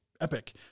Epic